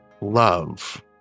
love